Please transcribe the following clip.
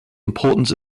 importance